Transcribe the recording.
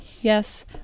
Yes